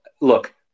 look